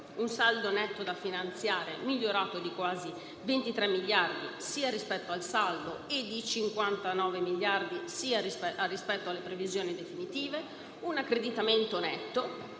un saldo netto da finanziare migliorato di quasi 23 miliardi di euro rispetto al saldo e di 59 miliardi di euro rispetto alle previsioni definitive; un accreditamento netto,